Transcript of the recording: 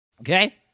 Okay